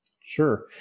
Sure